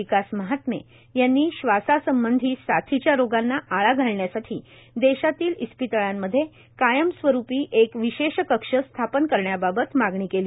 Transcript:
विकास महात्मे यांनी श्वासा संबंधी साथीच्या रोगांना आळा घालण्यासाठी देशातील इस्पितळांमध्ये कायमस्वरूपी एक विशेष कक्ष स्थापन करण्याबाबत मागणी केली